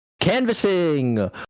Canvassing